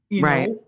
Right